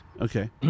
Okay